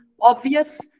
obvious